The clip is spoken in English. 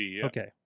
okay